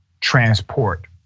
transport